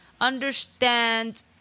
understand